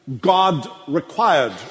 God-required